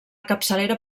capçalera